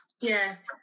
Yes